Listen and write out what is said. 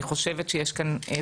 אני חושבת שיש כאן איזה שהוא בלבול.